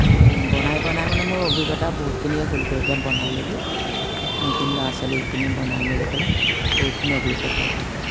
মানে বনাই বনাই মানে মোৰ অভিজ্ঞতা বহুতখিনিয়ে হ'লগৈ এতিয়া বনাই মেলি এইখিনি ল'ৰা ছোৱালীখিনি বনাই মেলি পেলাই বহুতখিনি অভিজ্ঞতা হ'লগৈ